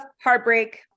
heartbreak